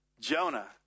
Jonah